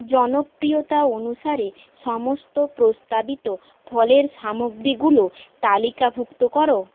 জনপ্রিয়তা অনুসারে সমস্ত প্রস্তাবিত ফলের সামগ্রীগুলো তালিকাভুক্ত করো